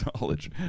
knowledge